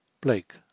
Blake